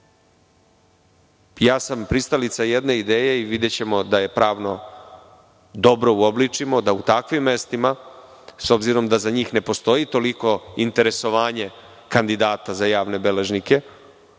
Ja sam pristalica jedne ideje i videćemo da je pravno dobro uobličimo, da u takvim mestima, s obzirom da za njih ne postoji toliko interesovanje kandidata za javne beležnike,